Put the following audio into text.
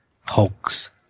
hogs